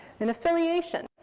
and affiliation,